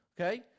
Okay